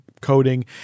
coding